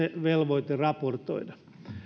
velvoite raportoida